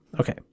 Okay